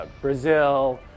Brazil